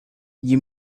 you